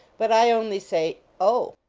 but i only say oh!